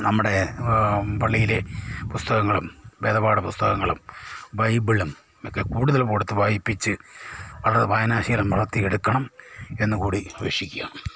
നമ്മുടെ പള്ളിയിലെ പുസ്തകങ്ങളും വേദപാഠ പുസ്തകങ്ങളും ബൈബിളും ഒക്കെ കൂടുതൽ കൊടുത്തു വായിപ്പിച്ച് വളരെ വായനാശീലം വളർത്തിയെടുക്കണം എന്നുകൂടി വീക്ഷിക്കുക